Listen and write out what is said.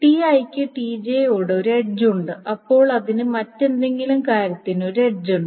Ti ക്ക് Tj യോട് ഒരു എഡ്ജുണ്ട് അപ്പോൾ അതിന് മറ്റെന്തെങ്കിലും കാര്യത്തിന് ഒരു എഡ്ജുണ്ട്